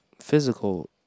physical